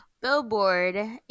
Billboard